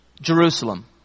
Jerusalem